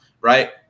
right